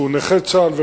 שהוא נכה צה"ל,